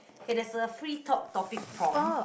okay there's a free talk topic prompt